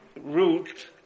root